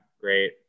great